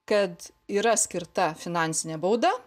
kad yra skirta finansinė bauda